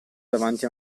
davanti